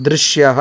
दृश्यः